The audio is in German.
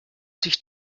sich